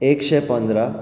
एकशें पंदरा